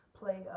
play